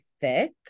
thick